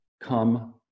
come